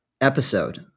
episode